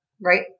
right